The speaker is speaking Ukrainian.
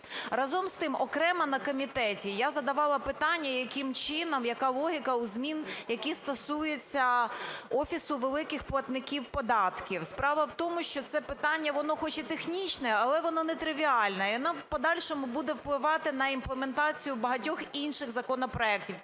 Разом з тим окремо на комітеті я задавала питання, яким чином, яка логіка у змін, які стосуються Офісу великих платників податків. Справа в тому, що це питання, воно хоч і технічне, але воно нетривіальне і воно в подальшому буде впливати на імплементацію багатьох інших законопроектів,